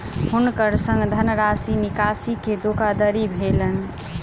हुनकर संग धनराशि निकासी के धोखादड़ी भेलैन